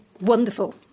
wonderful